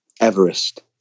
Everest